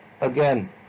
again